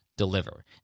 deliver